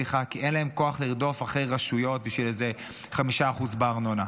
כי אין להם כוח לרדוף אחרי רשויות בשביל איזה 5% בארנונה.